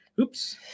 Oops